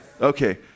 Okay